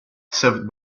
served